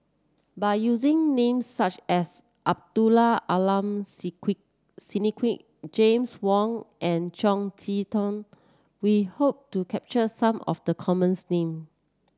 by using names such as Abdul Aleem Siddique James Wong and Chong Tze Chien we hope to capture some of the commons name